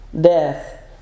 death